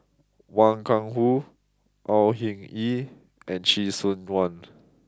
Wang Gungwu Au Hing Yee and Chee Soon Juan